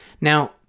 Now